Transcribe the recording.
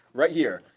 right here.